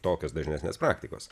tokios dažnesnės praktikos